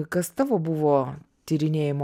kas tavo buvo tyrinėjimo